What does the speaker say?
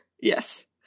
Yes